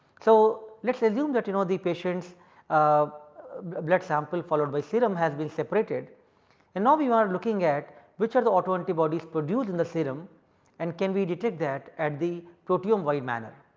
so, let us assume that you know the patient's um blood sample followed by serum has been separated and now you are looking at which are the autoantibodies produced in the serum and can we detect that at the proteome wide manner.